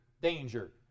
Danger